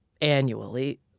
annually